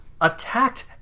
attacked